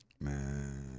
Man